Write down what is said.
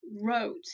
wrote